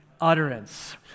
utterance